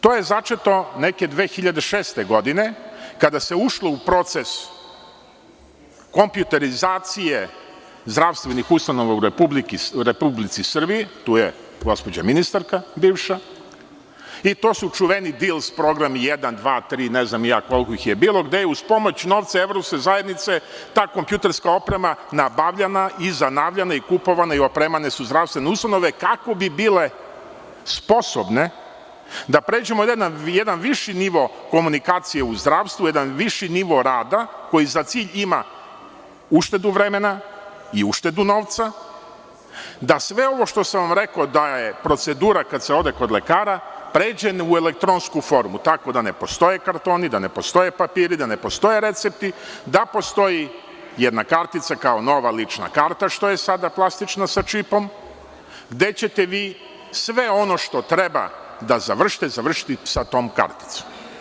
To je začeto neke 2006. godine kada se ušlo u proces komjuterizacije zdravstvenih ustanova u RS, tu je gospođa ministarka bivša i to su čuveni dils programi jedan, dva, tri, ne znam ni ja koliko ih je bilo, gde uz pomoć novca evropske zajednice ta kompjuterska oprema je nabavljana i zanavljana i kupovana i opremane su zdravstvene ustanove kako bi bile sposobne da pređemo na viši nivo komunikacije u zdravstvu, jedan viši nivo rada koji za cilj ima uštedu vremena i uštedu novca, da sve ovo što sam rekao da je procedura kada se ode kod lekara pređe u elektronsku formu, tako da ne postoje kartoni, da ne postoje papiri, da ne postoje recepti, da postoji jedna kartica kao nova lična karta, što je sada plastična sa čipom, gde ćete vi sve ono što treba da završite, završite sa tom karticom.